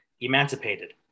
emancipated